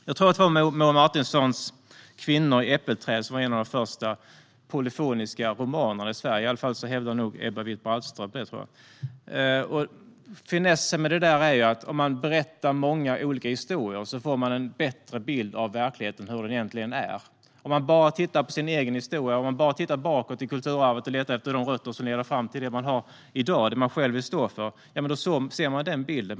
Jag tror att det är Moa Martinsons Kvinnor och äppelträd som var en av de första polyfoniska romanerna i Sverige; i alla fall hävdar nog Ebba Witt-Brattström det. Finessen med det är att om man berättar många olika historier får man en bättre bild av verkligheten och hur den egentligen är. Om man bara ser på sin egen historia och bara tittar bakåt i kulturarvet och letar efter de rötter som leder fram till det man har i dag och det man själv vill stå för ser man just den bilden.